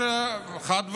חד וחלק.